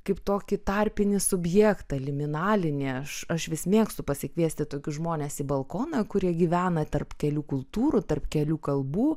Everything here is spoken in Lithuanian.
kaip tokį tarpinį subjektą liminalinį aš aš vis mėgstu pasikviesti tokius žmones į balkoną kurie gyvena tarp kelių kultūrų tarp kelių kalbų